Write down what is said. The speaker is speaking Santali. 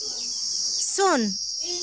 ᱥᱩᱱ